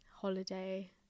holiday